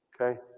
Okay